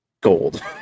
gold